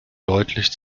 deutlich